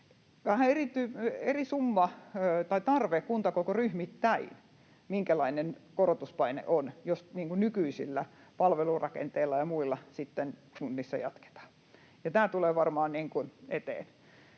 vähän eri tarve kuntakokoryhmittäin, minkälainen korotuspaine on, jos nykyisillä palvelurakenteilla ja muilla sitten kunnissa jatketaan, ja tämä tulee varmaan eteen.